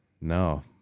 No